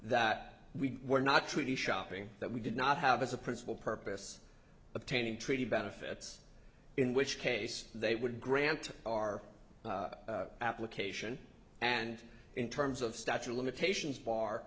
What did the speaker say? that we were not truly shopping that we did not have as a principal purpose obtaining treaty benefits in which case they would grant our application and in terms of stature limitations bar